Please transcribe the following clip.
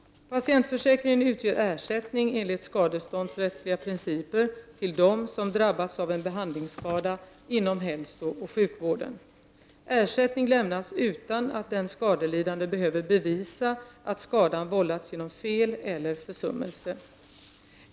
Patientförsäkringen utger ersättning enligt skadeståndsrättsliga principer till dem som drabbats av en behandlingsskada inom hälsooch sjukvården. Ersättning lämnas utan att den skadelidande behöver bevisa att skadan vållats genom fel eller försummelse.